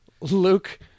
Luke